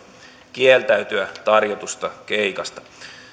kieltäytyä tarjotusta keikasta